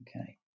Okay